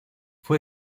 fue